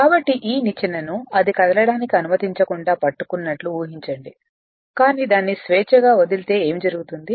కాబట్టి ఈ నిచ్చెనను అది కదలడానికి అనుమతించకుండా పట్టుకున్నట్లు ఊహించండి కానీ దానిని స్వేచ్ఛగా వదిలితే ఏమి జరుగుతుంది